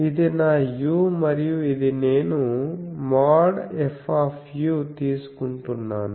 ఇది నా u మరియు ఇది నేను │F│ తీసుకుంటున్నాను